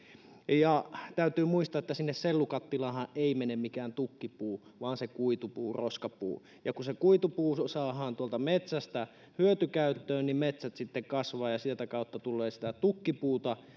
ja täytyy muistaa että sinne sellukattilaanhan ei mene mikään tukkipuu vaan se kuitupuu roskapuu ja kun se kuitupuu saadaan tuolta metsästä hyötykäyttöön niin metsät sitten kasvavat ja sitä kautta tulee sitä tukkipuuta